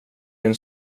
din